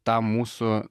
tą mūsų